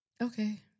Okay